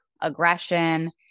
aggression